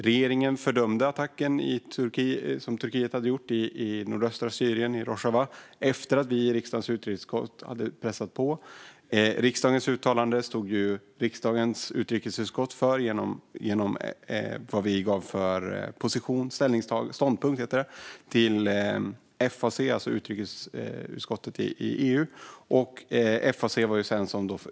Regeringen fördömde Turkiets attack mot Rojava i nordöstra Syrien efter att riksdagens utrikesutskott hade pressat på. Riksdagens uttalande stod utrikesutskottet för i sin ståndpunkt till EU:s utrikesråd, FAC.